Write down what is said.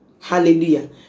hallelujah